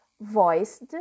voiced